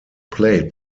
played